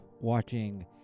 watching